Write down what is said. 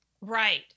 Right